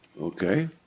okay